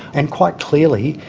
and quite clearly,